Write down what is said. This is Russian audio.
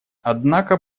однако